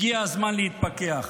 הגיע הזמן להתפכח.